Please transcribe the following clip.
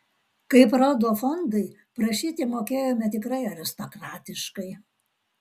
kaip rodo fondai prašyti mokėjome tikrai aristokratiškai